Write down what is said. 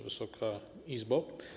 Wysoka Izbo!